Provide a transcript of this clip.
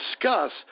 discuss